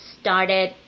started